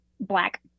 black